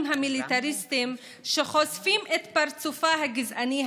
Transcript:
המיליטריסטיים שחושפים את פרצופה הגזעני,